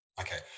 okay